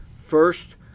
First